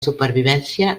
supervivència